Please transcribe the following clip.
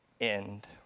end